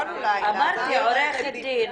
אמרתי, עורכת דין.